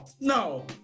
No